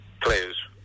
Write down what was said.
players